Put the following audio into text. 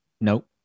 Nope